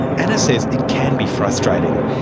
anna says it can be frustrating.